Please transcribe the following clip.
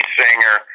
singer